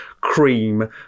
cream